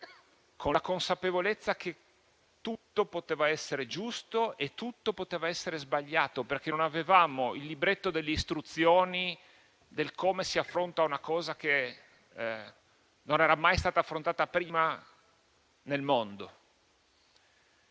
con la consapevolezza che tutto poteva essere giusto e tutto poteva essere sbagliato, perché non avevamo un libretto delle istruzioni che ci spiegasse come si affronta una realtà che non era mai stata affrontata prima nel mondo.